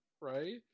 right